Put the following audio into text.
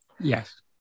Yes